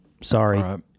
Sorry